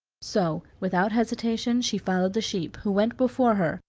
so, without hesitation, she followed the sheep, who went before her,